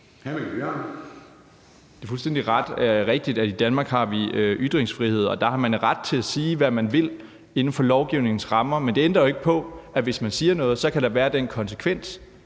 Det er fuldstændig rigtigt, at i Danmark har vi ytringsfrihed, og her har man ret til at sige, hvad man vil, inden for lovgivningens rammer. Men det ændrer jo ikke på, at hvis man siger noget, kan der være den konsekvens,